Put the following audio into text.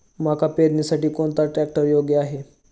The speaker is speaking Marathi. मका पेरणीसाठी कोणता ट्रॅक्टर योग्य आहे?